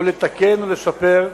לתקן ולשפר,